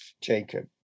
Jacob